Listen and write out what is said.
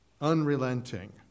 unrelenting